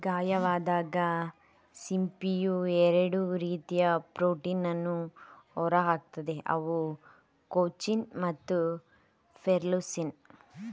ಗಾಯವಾದಾಗ ಸಿಂಪಿಯು ಎರಡು ರೀತಿಯ ಪ್ರೋಟೀನನ್ನು ಹೊರಹಾಕ್ತದೆ ಅವು ಕೊಂಚಿನ್ ಮತ್ತು ಪೆರ್ಲುಸಿನ್